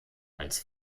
als